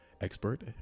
expert